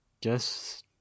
guess